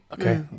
Okay